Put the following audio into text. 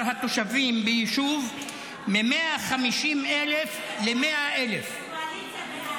התושבים ביישוב מ-150,000 ל-100,000.